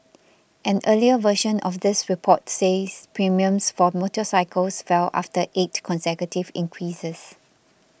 an earlier version of this report says premiums for motorcycles fell after eight consecutive increases